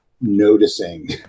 noticing